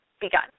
begun